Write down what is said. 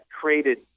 created